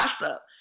gossip